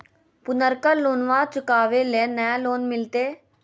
पुर्नका लोनमा चुकाबे ले नया लोन मिलते?